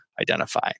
identify